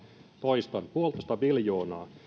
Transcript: toistan puolitoista biljoonaa